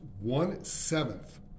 one-seventh